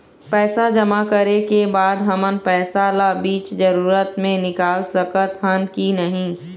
पैसा जमा करे के बाद हमन पैसा ला बीच जरूरत मे निकाल सकत हन की नहीं?